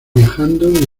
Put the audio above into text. viajando